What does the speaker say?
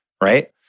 Right